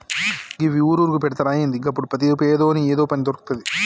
గివ్వి ఊరూరుకు పెడ్తరా ఏంది? గప్పుడు ప్రతి పేదోని ఏదో పని దొర్కుతది